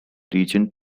region